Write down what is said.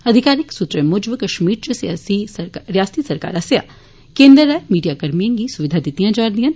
अधिकारिक सूत्रे मुजब कश्मीर इच रियासती सरकार आस्सेआ केन्द्रे राए मीडिया कर्मिएं गी सुविघा दितियां जा रदियां न